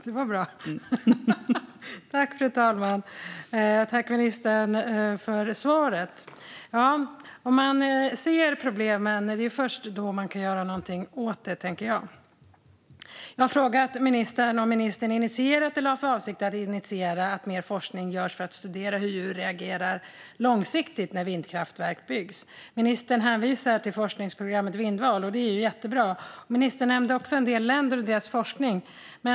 Fru talman! Jag tackar ministern för svaret. Det är först när man ser problemen som man kan göra någonting åt dem. Jag har frågat ministern om ministern initierat, eller har för avsikt att initiera, att mer forskning görs för att studera hur djur reagerar långsiktigt när vindkraftverk byggs. Ministern hänvisar till forskningsprogrammet Vindval, vilket är jättebra. Ministern nämnde också en del länder och deras forskning.